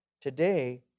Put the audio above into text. Today